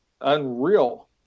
unreal